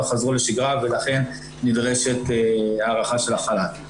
חזרו לשגרה ולכן נדרשת הארכה של החל"ת.